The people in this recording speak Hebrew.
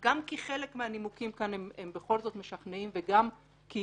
גם כי חלק מהנימוקים כאן בכל זאת משכנעים, וגם כי